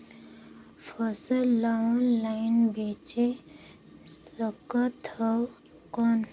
फसल ला ऑनलाइन बेचे सकथव कौन?